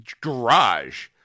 garage